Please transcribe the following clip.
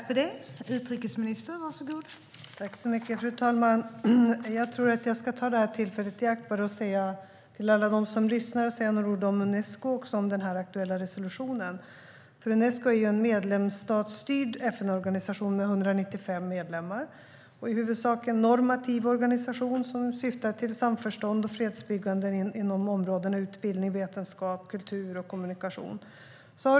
Fru talman! Jag tror att jag ska tillfället i akt och till alla dem som lyssnar säga några ord om Unesco och också om den aktuella resolutionen. Unesco är en medlemsstatsstyrd FN-organisation med 195 medlemmar. Det är i huvudsak en normativ organisation som syftar till samförstånd och fredsbyggande inom områdena utbildning, vetenskap, kultur och kommunikation.